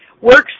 works